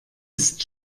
ist